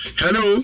hello